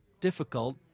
difficult